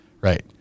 right